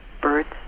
birds